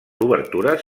obertures